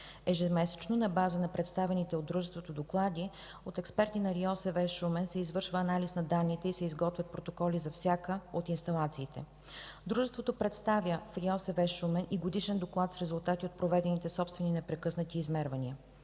Ежемесечно на база на представените от дружеството доклади от експерти на РИОСВ Шумен се извършва анализ на данните и се изготвят протоколи за всяка от инсталациите. Дружеството представя в РИОСВ Шумен и годишен доклад с резултати от проведените собствени непрекъснати измервания.